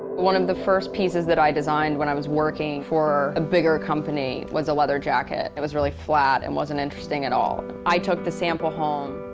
one of the first pieces that i designed when i was working for a bigger company was a leather jacket. it was really like flat and wasn't interesting at all. i took the sample home.